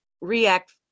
react